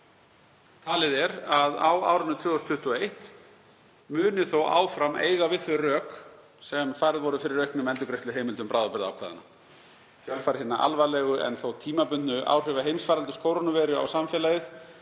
Talið er að á árinu 2021 muni þó áfram eiga við þau rök sem færð voru fyrir auknum endurgreiðsluheimildum bráðabirgðaákvæðanna. Í kjölfar hinna alvarlegu en þó tímabundnu áhrifa heimsfaraldurs kórónuveiru á samfélagið